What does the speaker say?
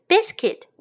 Biscuit